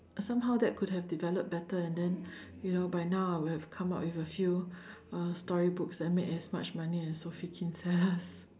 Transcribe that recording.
somehow that could have developed better and then you know by now I would have come up with a few uh storybooks and made as much money as Sophie Kinsella